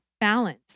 balance